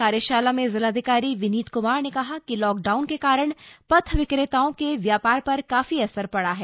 कार्यशाला में जिलाधिकारी विनीत क्मार ने कहा कि लॉकडाउन के कारण पथ विक्रेताओं के व्यापार पर काफी असर पड़ा हैं